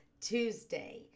Tuesday